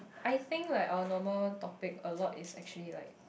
I think like our normal topic a lot is actually like